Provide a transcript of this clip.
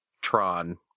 Tron